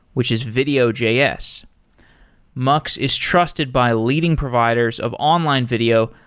which is video js mux is trusted by leading providers of online video,